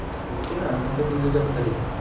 mm can ah nanti aku pergi kerja aku tanya